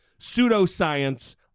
pseudoscience